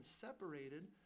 separated